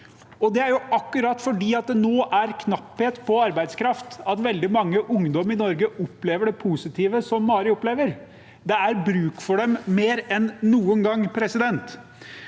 Det er fordi det nå er knapphet på arbeidskraft at veldig mange ungdommer i Norge opplever det positive som Mari opplever. Det er bruk for dem mer enn noen gang. Det